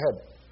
ahead